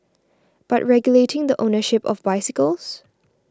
but regulating the ownership of bicycles